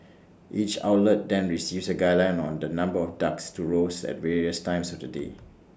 each outlet then receives A guideline on the number of ducks to roast at various times of the day